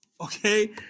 Okay